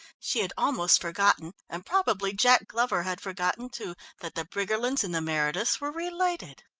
she had almost forgotten, and probably jack glover had forgotten too, that the briggerlands and the merediths were related.